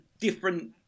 different